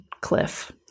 cliff